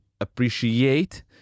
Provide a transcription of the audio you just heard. appreciate